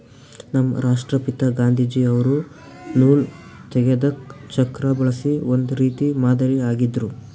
ನಮ್ ರಾಷ್ಟ್ರಪಿತಾ ಗಾಂಧೀಜಿ ಅವ್ರು ನೂಲ್ ತೆಗೆದಕ್ ಚಕ್ರಾ ಬಳಸಿ ಒಂದ್ ರೀತಿ ಮಾದರಿ ಆಗಿದ್ರು